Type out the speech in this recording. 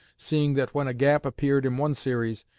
seeing that when a gap appeared in one series,